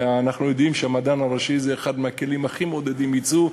ואנחנו יודעים שהמדען הראשי הוא אחד הכלים שהכי מעודדים יצוא,